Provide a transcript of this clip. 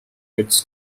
its